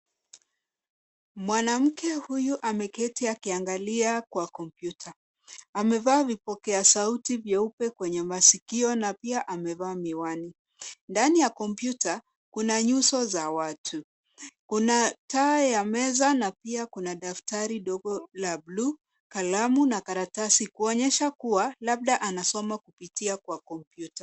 Mwanamke huyu ameketi akiangalia kwa kompyuta. Amevaa vipokea sauti vyeupe kwenye masikio na pia amevaa miwani. Ndani ya kompyuta, kuna nyuso za watu. Kuna taa ya meza na pia kuna daftari ndogo la bluu, kalamu na karatasi kuonyesha kuwa labda anasoma kupitia kwa kompyuta.